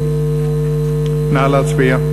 נא להצביע.